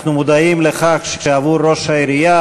אנחנו מודעים לכך שעבור ראש העירייה,